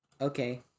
okay